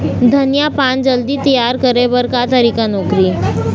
धनिया पान जल्दी तियार करे बर का तरीका नोकरी?